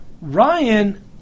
Ryan